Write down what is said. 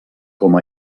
com